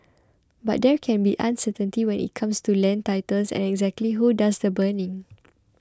but there can be uncertainty when it comes to land titles and exactly who does the burning